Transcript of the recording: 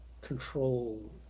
control